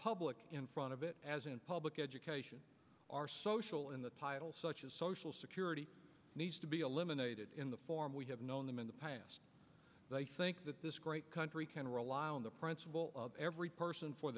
public in front of it as in public education are social in the title such as social security needs to be eliminated in the form we have known them in the past they think that this great country can rely on the principle of every person for